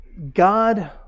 God